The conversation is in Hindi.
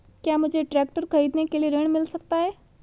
क्या मुझे ट्रैक्टर खरीदने के लिए ऋण मिल सकता है?